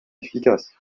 efficace